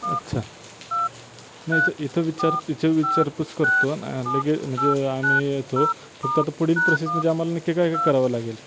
अच्छा नाही इथं इथं विचार इथं विचारपूस करतो लगे म्हणजे आम्ही येतो फक्त आता पुढील प्रोसेस म्हणजे आम्हाला नक्की काय काय करावं लागेल